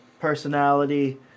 personality